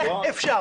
איך אפשר?